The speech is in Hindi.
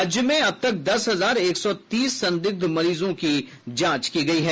राज्य में अब तक दस हजार एक सौ तीस संदिग्ध मरीजों की जांच की गयी है